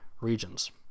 regions